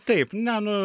taip ne nu